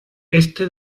este